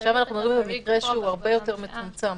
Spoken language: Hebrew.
עכשיו אנחנו מדברים במקרה שהוא הרבה יותר מצומצם.